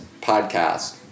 podcast